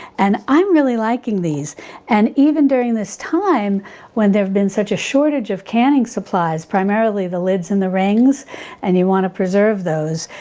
and i'm really liking these and even during this time when there've been such a shortage of canning supplies, primarily the lids and the rings and you want to preserve those,